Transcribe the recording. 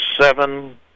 seven